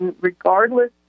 regardless